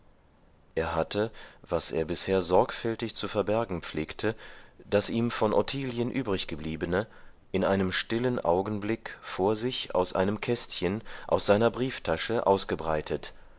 er hatte was er bisher sorgfältig zu verbergen pflegte das ihm von ottilien übriggebliebene in einem stillen augenblick vor sich aus einem kästchen aus einer brieftasche ausgebreitet